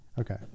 Okay